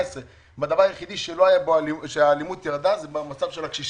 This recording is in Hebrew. תסתכלו על מוקד 118. הדבר היחיד שהאלימות בו ירדה זה המצב של הקשישים.